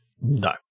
No